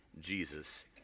Jesus